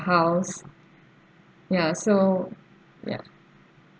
house ya so ya